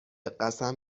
قسم